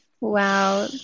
Wow